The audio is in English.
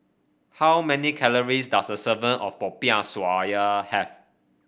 how many calories does a of Popiah Sayur have